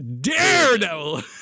Daredevil